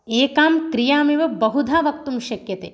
एकां क्रियामेव बहुधा वक्तुं शक्यते